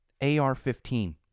AR-15